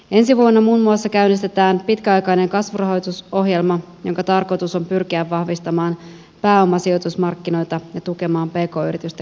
ensi vuonna muun muassa käynnistetään pitkäaikainen kasvurahoitusohjelma jonka tarkoitus on pyrkiä vahvistamaan pääomasijoitusmarkkinoita ja tukemaan pk yritysten kasvua